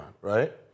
right